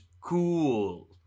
cool